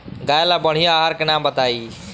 गाय ला बढ़िया आहार के नाम बताई?